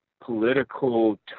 political